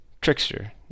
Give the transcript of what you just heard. Trickster